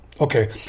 Okay